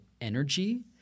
energy